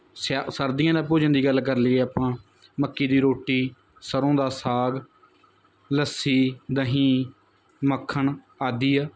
ਸਿਆ ਸਰਦੀਆਂ ਦਾ ਭੋਜਨ ਦੀ ਗੱਲ ਕਰ ਲਈਏ ਆਪਾਂ ਮੱਕੀ ਦੀ ਰੋਟੀ ਸਰ੍ਹੋਂ ਦਾ ਸਾਗ ਲੱਸੀ ਦਹੀਂ ਮੱਖਣ ਆਦਿ ਆ